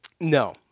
No